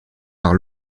par